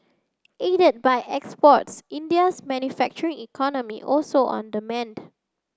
aided by exports India's manufacturing economy also on the mend